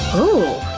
ooh!